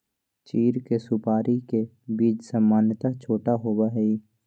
चीड़ के सुपाड़ी के बीज सामन्यतः छोटा होबा हई